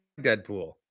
Deadpool